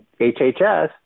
HHS